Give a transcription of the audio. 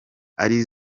ari